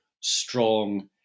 strong